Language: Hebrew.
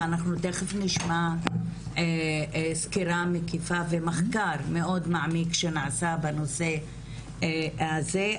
ונשמע סקירה מקיפה ומחקר מאוד מעמיק שנעשה בנושא הזה.